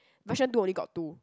version two only got two